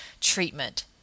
treatment